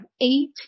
eight